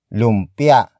lumpia